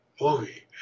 movie